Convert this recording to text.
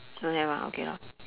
don't have ah okay lor